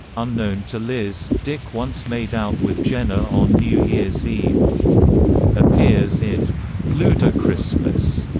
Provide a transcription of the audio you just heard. unknown to liz, dick once made out with jenna on new year's eve appears in ludachristmas,